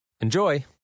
Enjoy